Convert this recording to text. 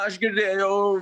aš girdėjau